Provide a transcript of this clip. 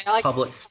public